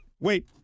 Wait